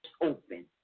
open